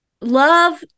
love